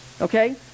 Okay